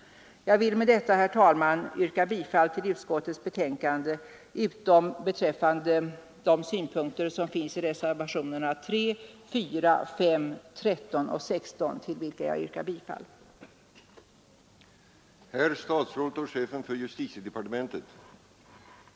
Jag vill med detta yrka bifall till utskottets hemställan utom på de punkter som behandlas i reservationerna 3, 4, 5, 13 och 16, där jag yrkar bifall till reservationerna.